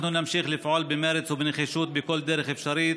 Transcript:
אנחנו נמשיך לפעול במרץ ובנחישות בכל דרך אפשרית